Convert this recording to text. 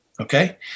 Okay